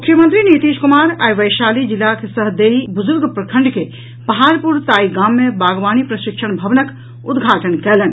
मुख्यमंत्री नीतीश कुमार आई वैशाली जिलाक सहदेई बुजुर्ग प्रखंड के पहाड़पुर ताई गाम मे बागवानी प्रशिक्षण भवनक उद्घाटन कयलनि